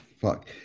fuck